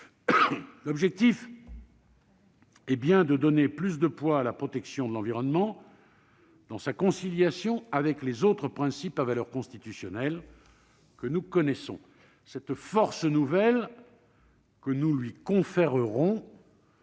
L'objectif est bien de donner plus de poids à la protection de l'environnement dans sa conciliation avec les autres principes à valeur constitutionnelle que nous connaissons. Cette force nouvelle que nous lui conférerons